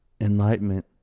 enlightenment